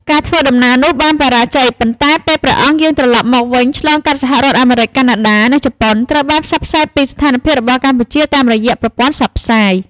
ការធ្វើដំណើរនោះបានបរាជ័យ ប៉ុន្តែពេលព្រះអង្គយាងត្រឡប់មកវិញ ឆ្លងកាត់សហរដ្ឋអាមេរិក កាណាដា និងជប៉ុន ទ្រង់បានផ្សព្វផ្សាយពីស្ថានភាពរបស់កម្ពុជាតាមរយៈប្រព័ន្ធផ្សព្វផ្សាយ។